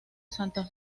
santa